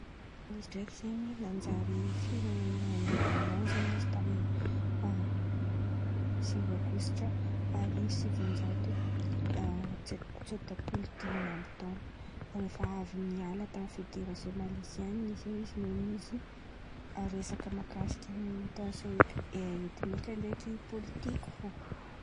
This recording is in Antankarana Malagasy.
Izy ndreky zen̈y najary firenenena aindepandan zen̈y izy tamy efa sivy aogositra arivo sivin-jato tsôta polo dimy amby tôna. Efa avy niala tamy federasiô maleziany zen̈y izy resaky mahakasiky tasiô eki- etnika ndray izy pôlitiky fô.